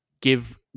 give